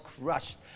crushed